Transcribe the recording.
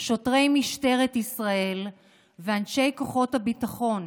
שוטרי משטרת ישראל ואנשי כוחות הביטחון,